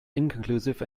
inconclusive